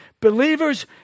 believers